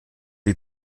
die